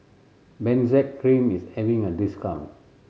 Benzac Cream is having a discount